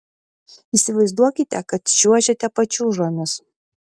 įsivaizduokite kad čiuožiate pačiūžomis